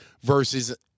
versus